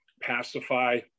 pacify